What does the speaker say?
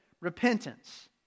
repentance